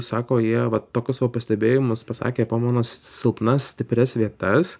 sako jie va tokius va pastebėjimus pasakė po mano silpnas stiprias vietas